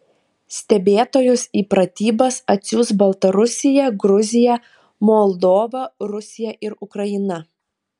stebėtojus į pratybas atsiųs baltarusija gruzija moldova rusija ir ukraina